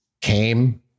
came